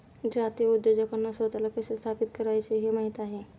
जातीय उद्योजकांना स्वतःला कसे स्थापित करायचे हे माहित आहे